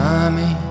Mommy